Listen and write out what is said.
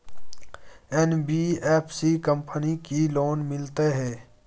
NBFC company की loan मिलते है?